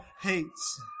hates